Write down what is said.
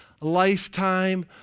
lifetime